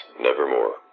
nevermore